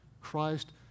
Christ